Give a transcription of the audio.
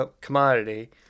commodity